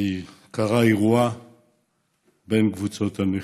וקרה אירוע בין קבוצות הנכים.